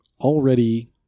already